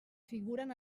figuren